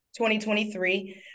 2023